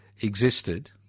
existed